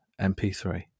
mp3